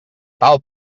tal